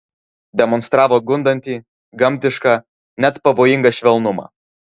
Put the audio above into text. demonstravo gundantį gamtišką net pavojingą švelnumą